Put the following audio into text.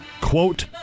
Quote